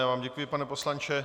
Já vám děkuji, pane poslanče.